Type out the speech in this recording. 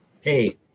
hey